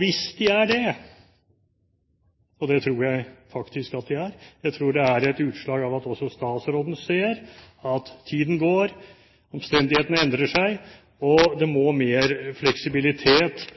Hvis de er det – og det tror jeg faktisk at de er – tror jeg det er et utslag av at også statsråden ser at tiden går og omstendighetene endrer seg, og det må mer fleksibilitet